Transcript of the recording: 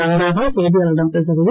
அன்பழகன் செய்தியாளர்களிடம் பேசுகையில்